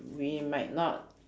we might not